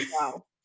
wow